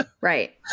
Right